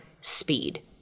speed